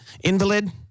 Invalid